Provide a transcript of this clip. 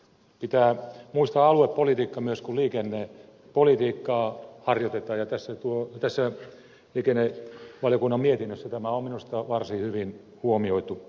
pitää muistaa aluepolitiikka myös kun liikennepolitiikkaa harjoitetaan ja tässä liikennevaliokunnan mietinnössä tämä on minusta varsin hyvin huomioitu